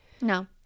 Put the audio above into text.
No